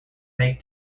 may